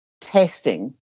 testing